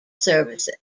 services